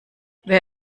wer